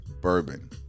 bourbon